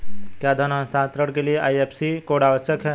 क्या धन हस्तांतरण के लिए आई.एफ.एस.सी कोड आवश्यक है?